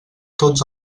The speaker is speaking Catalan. tots